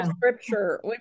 scripture